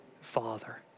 father